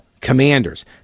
Commanders